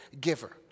giver